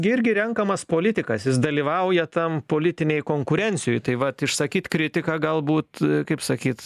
gi irgi renkamas politikas jis dalyvauja tam politinėj konkurencijoj taip vat išsakyt kritiką galbūt kaip sakyt